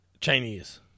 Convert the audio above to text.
chinese